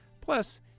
Plus